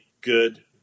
good